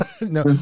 No